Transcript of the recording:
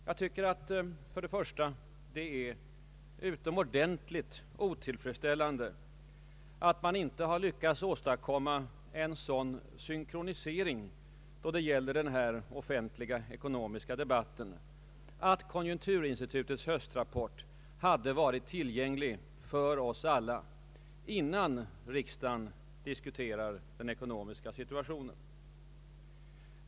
Först och främst tycker jag att det är utomordentligt = otillfredsställande att man inte har lyckats åstadkomma en sådan synkronisering av denna offentliga ekonomiska debatt att konjunkturinstitutets höstrapport hade kunnat vara tillgänglig för oss alla, innan riksdagen diskuterar den ekonomiska situationen.